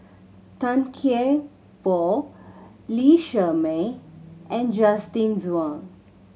Tan Kian Por Lee Shermay and Justin Zhuang